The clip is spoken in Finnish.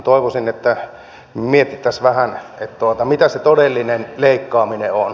toivoisin että mietittäisiin vähän mitä se todellinen leikkaaminen on